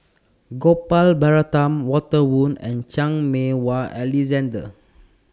Gopal Baratham Walter Woon and Chan Meng Wah Alexander